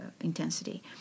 intensity